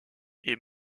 est